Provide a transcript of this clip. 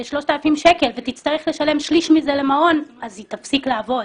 3,000 שקלים אבל תצטרך לשלם שליש מזה למעון ולכן היא תפסיק לעבוד.